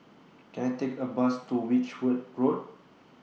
Can I Take A Bus to Which Wood Road